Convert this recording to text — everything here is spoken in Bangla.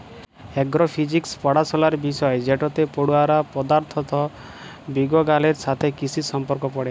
এগ্র ফিজিক্স পড়াশলার বিষয় যেটতে পড়ুয়ারা পদাথথ বিগগালের সাথে কিসির সম্পর্ক পড়ে